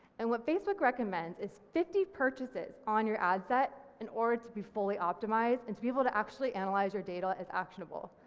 and what facebook recommends is fifty purchases on your ad set in order to be fully optimised and to be able to actually and analyse your data as actionable.